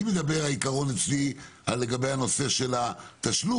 אני מדבר בעיקרון על הנושא של התשלום,